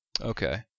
Okay